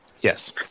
Yes